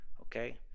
Okay